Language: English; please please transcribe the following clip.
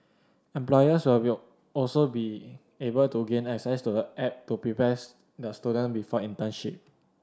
employers will be also be able to gain access to the app to prepares the student before internship